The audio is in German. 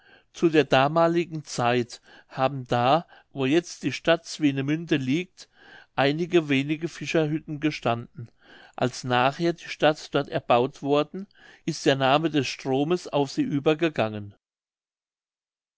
zu der damaligen zeit haben da wo jetzt die stadt swinemünde liegt einige wenige fischerhütten gestanden als nachher die stadt dort erbauet worden ist der name des stromes auf sie übergegangen